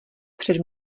před